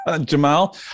Jamal